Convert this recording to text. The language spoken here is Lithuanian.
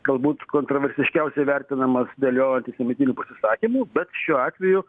galbūt kontroversiškiausiai vertinamas dėl jo antisemitinių pasisakymų bet šiuo atveju